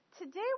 Today